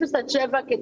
0 עד 7 כתפיסה,